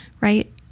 right